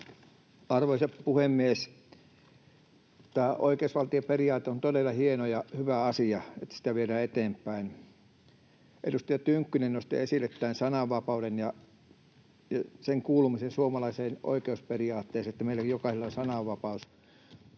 Arvoisa puhemies! Tämä oikeusvaltioperiaate on todella hieno, ja on hyvä asia, että sitä viedään eteenpäin. Edustaja Tynkkynen nosti esille sananvapauden ja sen kuulumisen suomalaiseen oikeusperiaatteeseen, että meillä jokaisella on sananvapaus.